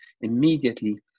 immediately